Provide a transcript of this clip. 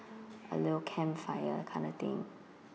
a little campfire kind of thing